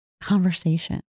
conversation